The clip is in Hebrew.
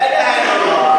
איזה דגל "חמאס"?